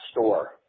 store